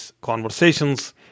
conversations